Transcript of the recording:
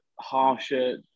harsher